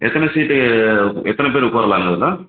எத்தனை சீட்டு எத்தனை பேர் உட்காரலாங்க அதில்